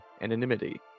anonymity